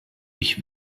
ich